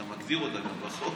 אתה מגדיר אותה גם בחוק.